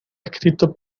escrito